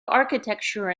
architecture